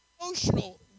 emotional